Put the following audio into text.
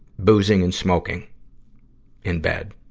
boozing and smoking in bed.